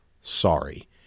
sorry